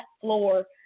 floor